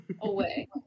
away